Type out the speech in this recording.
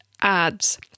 ads